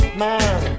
man